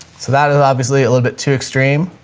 so that is obviously a little bit too extreme.